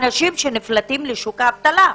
אנשים שנפלטים לשוק האבטלה.